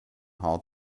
hall